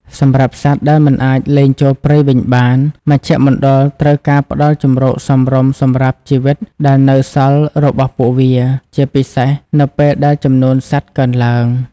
សម្រាប់សត្វដែលមិនអាចលែងចូលព្រៃវិញបាន មជ្ឈមណ្ឌលត្រូវការផ្តល់ជម្រកសមរម្យសម្រាប់ជីវិតដែលនៅសល់របស់ពួកវា ជាពិសេសនៅពេលដែលចំនួនសត្វកើនឡើង។